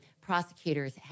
prosecutors